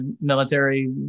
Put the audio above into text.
military